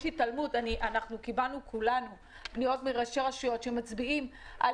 אנחנו קיבלנו כולנו פניות מראשי רשויות שמצביעים על